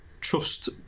trust